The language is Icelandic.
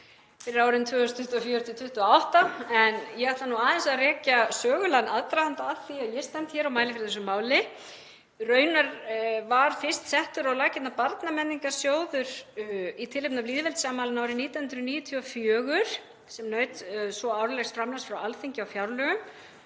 fyrir árin 2024–2028. Ég ætla aðeins að rekja sögulegan aðdraganda að því að ég stend hér og mæli fyrir þessu máli. Raunar var fyrst settur á laggirnar Barnamenningarsjóður í tilefni af lýðveldisafmælinu árið 1994, sem naut svo árlegs framlags frá Alþingi á fjárlögum,